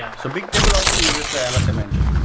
so bigtable also uses the lsm engine.